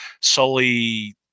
solely